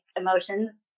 emotions